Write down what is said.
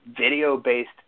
video-based